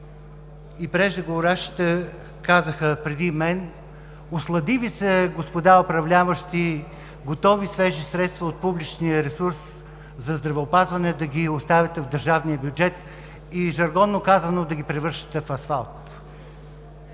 и преждеговорившите казаха: „Услади Ви се, господа управляващи, готови, свежи средства от публичния ресурс за здравеопазване да ги оставяте в държавния бюджет и, жаргонно казано, да ги превръщате в асфалт“.